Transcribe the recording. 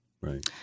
Right